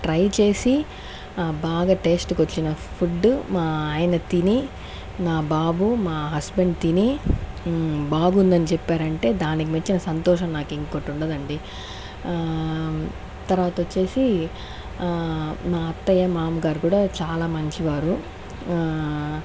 try చేసి బాగా taste గా వచ్చిన ఫుడ్డు మా ఆయన తిని నా బాబు మా హస్బెండ్ తిని బాగుందని చెప్పారంటే దానికి మించిన సంతోషం నాకు ఇంకోటుండదండి తర్వాతొచ్చేసి నా అత్తయ్య మామ గారు కూడా చాలా మంచివారు